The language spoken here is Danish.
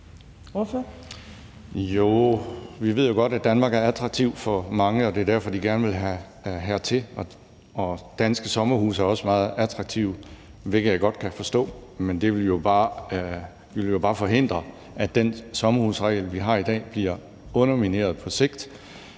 vi ved jo godt, at Danmark er attraktivt for mange, og at det er derfor, de gerne vil hertil. Og danske sommerhuse er også meget attraktive, hvilket jeg godt kan forstå. Men vi vil jo bare forhindre, at den sommerhusregel, vi har i dag, bliver undermineret på sigt,